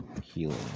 healing